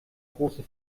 große